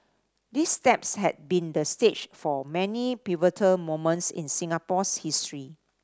these steps had been the stage for many pivotal moments in Singapore's history